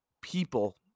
people